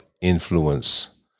influence